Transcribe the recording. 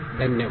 धन्यवाद